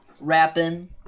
rapping